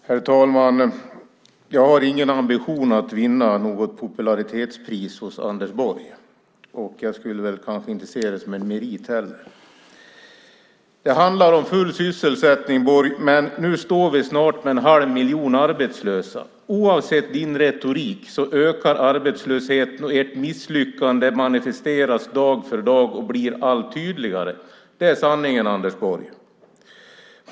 Herr talman! Jag har ingen ambition att vinna något popularitetspris hos Anders Borg. Jag skulle kanske inte heller se det som en merit. Det handlar om full sysselsättning, Borg. Men nu står vi snart med en halv miljon arbetslösa. Oavsett din retorik ökar arbetslösheten, och ert misslyckande manifesteras dag för dag och blir allt tydligare. Det är sanningen, Anders Borg.